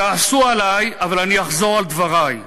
כעסו עלי, אבל אני אחזור על דברי: